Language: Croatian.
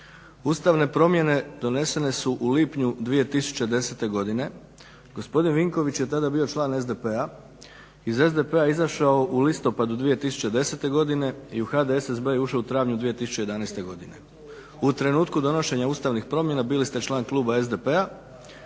Ustavne promjene donesene su u lipnju 2010. godine, gospodin Vinković je tada bio član SDP-a, iz SDP-a je izašao u listopadu 2010. i u HDSSB je ušao u travnju 2011. godine. U trenutku donošenja ustavnih promjena bili ste član kluba SDP-a,